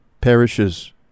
perishes